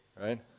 Right